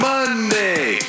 Monday